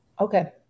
okay